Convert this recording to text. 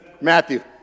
Matthew